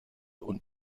und